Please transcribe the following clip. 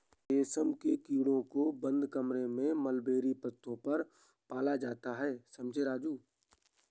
रेशम के कीड़ों को बंद कमरों में मलबेरी पत्तों पर पाला जाता है समझे राजू